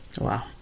wow